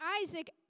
Isaac